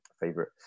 favorite